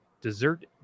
desert